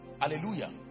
Hallelujah